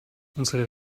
unsere